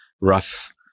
rough